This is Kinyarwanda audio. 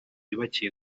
yubakiye